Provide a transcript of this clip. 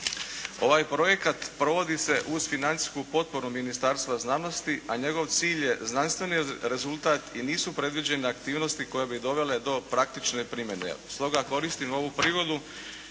Ovaj projekat provodi se uz financijsku potporu Ministarstva znanosti a njegov cilj je znanstveni rezultat i nisu predviđene aktivnosti koje bi ih dovele do praktične primjene. Stoga koristim ovu prigodu